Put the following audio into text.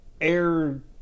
air